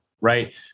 right